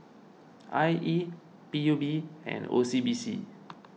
I E P U B and O C B C